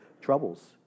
troubles